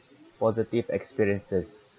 positive experiences